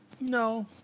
No